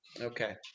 okay